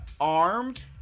armed